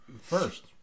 first